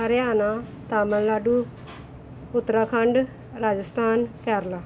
Haryana Tamil Nadu Uttarakhand Rajasthan Kerala